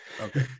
Okay